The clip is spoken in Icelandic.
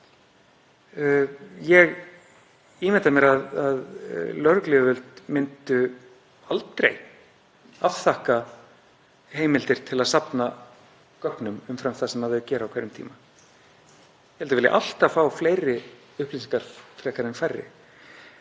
Ég ímynda mér að lögregluyfirvöld myndu aldrei afþakka heimildir til að safna gögnum umfram það sem þau gera á hverjum tíma heldur vilji alltaf fá fleiri upplýsingar frekar en færri.